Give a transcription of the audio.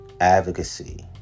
advocacy